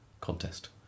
contest